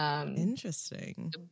Interesting